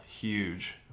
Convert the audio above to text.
huge